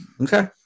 okay